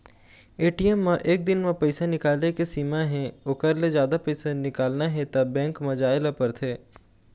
ATM म एक दिन म पइसा निकाले के सीमा हे ओखर ले जादा पइसा निकालना हे त बेंक म जाए ल परथे